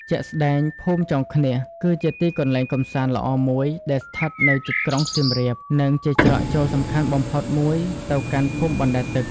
ជាក់ស្ដែង ភូមិចុងឃ្នៀសគឺជាទីកន្លែងកំសាន្តល្អមួយ ដែលស្ថិតនៅជិតក្រុងសៀមរាប និងជាច្រកចូលសំខាន់បំផុតមួយទៅកាន់ភូមិបណ្ដែតទឹក។